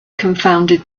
confounded